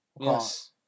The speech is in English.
Yes